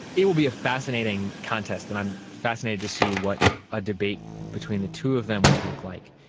it will be a fascinating contest, and i'm fascinated to see what a debate between the two of them will look like.